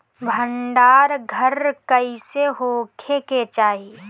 भंडार घर कईसे होखे के चाही?